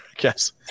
Yes